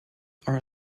are